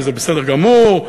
וזה בסדר גמור.